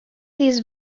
these